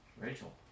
Rachel